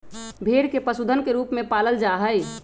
भेड़ के पशुधन के रूप में पालल जा हई